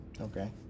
Okay